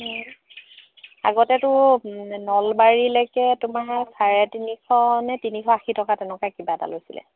আগতে তো নলবাৰীলৈকে তোমাৰ চাৰে তিনিশ নে তিনিশ আশী টকা তেনেকুৱা কিবা এটা লৈছিলে